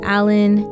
Alan